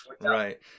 right